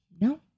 no